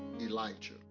Elijah